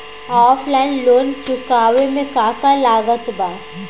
Offline loan चुकावे म का का लागत बा?